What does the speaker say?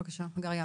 בבקשה, הגר יהב.